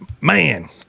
man